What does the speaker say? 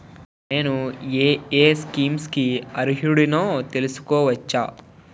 నేను యే యే స్కీమ్స్ కి అర్హుడినో తెలుసుకోవచ్చా?